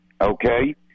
Okay